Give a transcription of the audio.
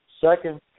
Second